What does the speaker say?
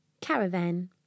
Caravan